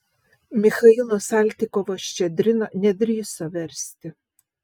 michailo saltykovo ščedrino nedrįso versti